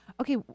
okay